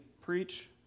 preach